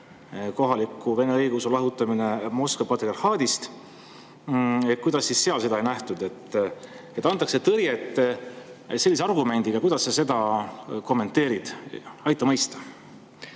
kohaliku vene õigeusu [kiriku] lahutamine Moskva patriarhaadist. Kuidas siis seal seda ei nähtud? Et antakse tõrjet sellise argumendiga, kuidas sa seda kommenteerid? Aita mõista.